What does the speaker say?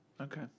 Okay